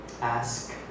ask